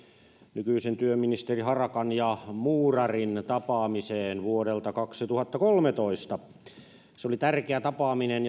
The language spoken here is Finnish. nykyisen työministeri harakan ja muurarin tapaamiseen vuodelta kaksituhattakolmetoista se oli tärkeä tapaaminen